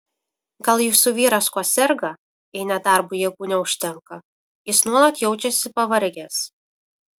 gal jūsų vyras kuo serga jei net darbui jėgų neužtenka jis nuolat jaučiasi pavargęs